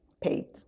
paid